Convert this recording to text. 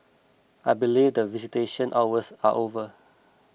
I believe that visitation hours are over